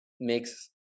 makes